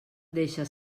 deixes